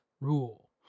rule